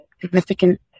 significant